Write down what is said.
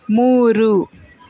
ಮೂರು